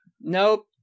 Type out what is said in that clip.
Nope